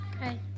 Okay